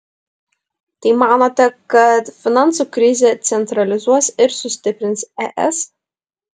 tai manote kad finansų krizė centralizuos ir sustiprins es